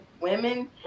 women